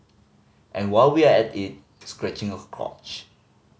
and while we're at it scratching crotch